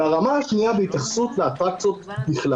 ברמה השנייה, בהתייחסות לאטרקציות בכלל,